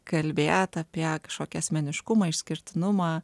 kalbėt apie kažkokį asmeniškumą išskirtinumą